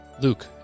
Luke